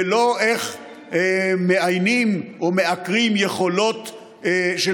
ולא איך מאיימים או מעקרים יכולות של